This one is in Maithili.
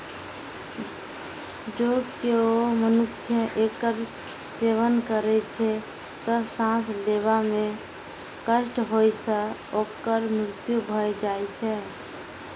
जौं केओ मनुक्ख एकर सेवन करै छै, तं सांस लेबा मे कष्ट होइ सं ओकर मृत्यु भए जाइ छै